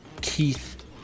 Keith